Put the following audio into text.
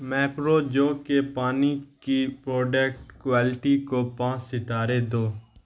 میپرو جو کے پانی کی پروڈکٹ کوالٹی کو پانچ ستارے دو